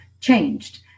changed